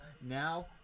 Now